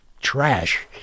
trash